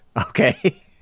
Okay